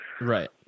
Right